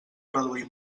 reduir